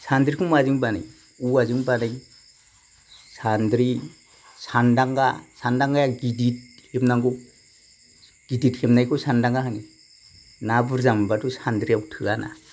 सान्द्रिखौ माजों बानायो औवाजोंनो बानायो सानद्रि सानदांगा सानदांगाया गिदिर हेबनांगौ गिदिद हेबनायखौ सानदांगा होनो ना बुर्जा मोनबाथ' सान्द्रियाव थोया ना